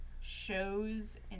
shows